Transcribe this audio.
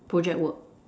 project work